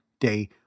day